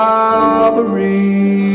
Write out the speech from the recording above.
Calvary